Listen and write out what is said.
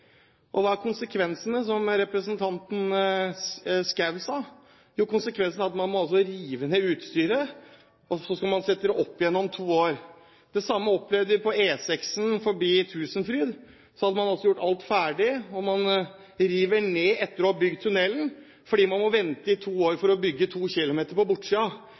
Østfold. Hva er konsekvensene, som representanten Schou sa? Jo, konsekvensene er at man må rive ned utstyret, og så skal man sette det opp igjen om to år. Det samme opplevde vi på E6 ved Tusenfryd. Da hadde man altså gjort alt ferdig, og man river ned etter å ha bygd tunnelen, fordi man må vente i to år for å bygge 2 km på